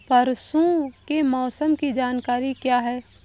परसों के मौसम की जानकारी क्या है?